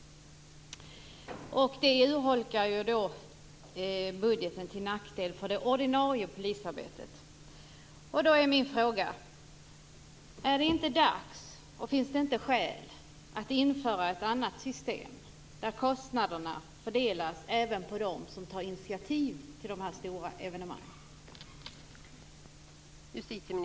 Det urholkar budgeten till nackdel för det ordinarie polisarbetet. Då är min fråga: Är det inte dags, och finns det inte skäl för, att införa ett annat system, där kostnaderna fördelas även på dem som tar initiativ till de här stora evenemangen?